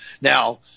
Now